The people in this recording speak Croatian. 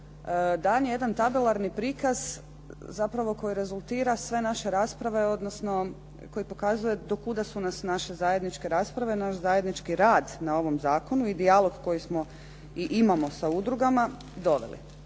dan je jedan tabelarni prikaz zapravo koji rezultira sve naše rasprave odnosno koji pokazuje do kuda su nas naše zajedničke rasprave, naš zajednički rad na ovom zakonu i dijalog koji smo i imamo sa udrugama doveli.